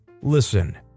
Listen